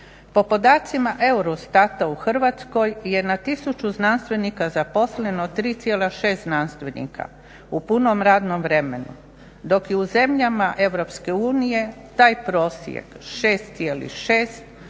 Po podacima EUROSTAT-a u Hrvatskoj je na 1000 znanstvenika zaposleno 3,6 znanstvenika u punom radnom vremenu, dok je u zemljama Europske unije taj prosjek